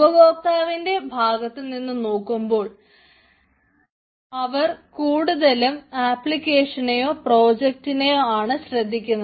ഉപഭോക്താവിൻറെ ഭാഗത്തുനിന്നു നോക്കുമ്പോൾ അവർ കൂടുതലും ആപ്ലിക്കേഷനെയോ പ്രോഡക്റ്റിനേയോ ആണ് ശ്രദ്ധിക്കുന്നത്